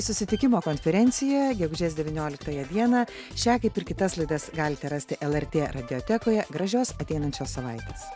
susitikimo konferencijoje gegužės devynioliktąją dieną šią kaip ir kitas laidas galite rasti lrt radiotekoje gražios ateinančios savaitės